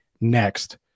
next